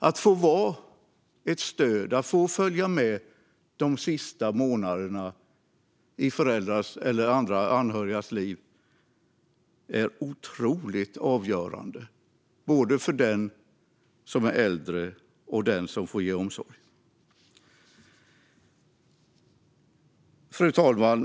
Att få vara ett stöd, att få följa med de sista månaderna i föräldrars eller andra anhörigas liv är otroligt avgörande både för den äldre och för den som får ge omsorg. Fru talman!